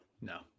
No